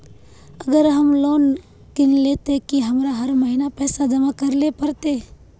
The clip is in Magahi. अगर हम लोन किनले ते की हमरा हर महीना पैसा जमा करे ले पड़ते?